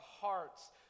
hearts